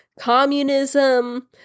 communism